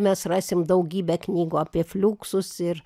mes rasim daugybę knygų apie fliuksus ir